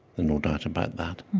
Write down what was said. and no doubt about that